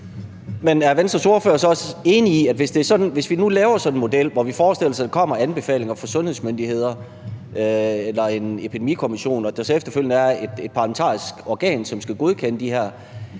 Men er Venstres ordfører så også enig i, at hvis vi nu laver sådan en model, hvor vi forestiller os, at der kommer anbefalinger fra sundhedsmyndigheder eller en epidemikommission, og at der så efterfølgende er et parlamentarisk organ, som skal godkende det,